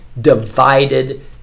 Divided